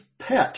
pet